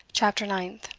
chapter ninth.